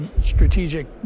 strategic